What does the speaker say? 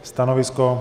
Stanovisko?